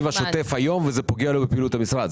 השוטף היום ופוגע לו בפעילות המשרד,